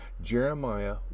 Jeremiah